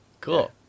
Cool